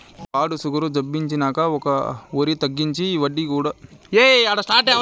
ఈ పాడు సుగరు జబ్బొచ్చినంకా ఒరి తగ్గించి, ఈ గడ్డి కూడా తింటాండా